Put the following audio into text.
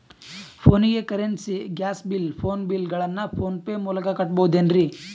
ಫೋನಿಗೆ currency, gas bill, phone bill ಗಳನ್ನು PhonePe ಮೂಲಕ ಕಟ್ಟಬಹುದೇನ್ರಿ?